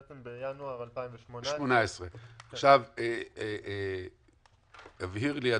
בעצם בינואר 2018. יבהיר לי,